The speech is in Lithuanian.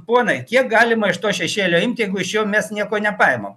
ponai kiek galima iš to šešėlio imti jeigu iš jo mes nieko nepaimam